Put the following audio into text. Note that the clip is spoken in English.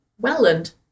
Welland